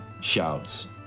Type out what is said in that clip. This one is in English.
shouts